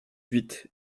huit